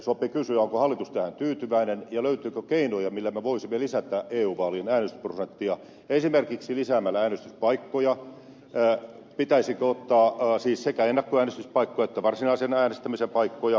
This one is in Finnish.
sopii kysyä onko hallitus tähän tyytyväinen ja löytyykö keinoja millä me voisimme lisätä eu vaalien äänestysprosenttia esimerkiksi lisäämällä äänestyspaikkoja siis sekä ennakkoäänestyspaikkoja että varsinaisen äänestämisen paikkoja